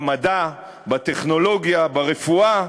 במדע, בטכנולוגיה, ברפואה